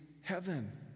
heaven